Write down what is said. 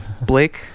blake